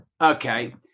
okay